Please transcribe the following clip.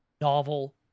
novel